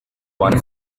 one